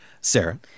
Sarah